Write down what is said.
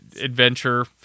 adventure